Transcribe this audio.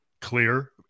clear